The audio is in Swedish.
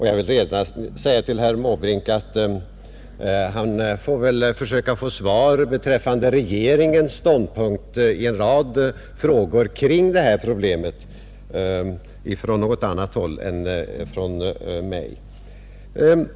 Jag vill endast säga till herr Måbrink att han får försöka erhålla svar beträffande regeringens ståndpunkt i en del frågor som rör det här problemet från något annat håll än från mig.